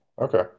okay